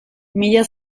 mila